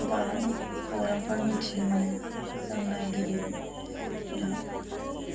गोबां खौरांफोर मिथिनो मोनो जों नायगिरि फोरा